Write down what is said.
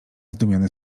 zdumiony